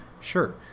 sure